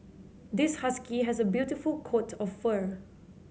this husky has a beautiful coat of fur